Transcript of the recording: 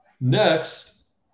Next